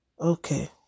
Okay